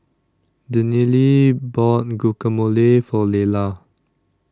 Daniele bought Guacamole For Leyla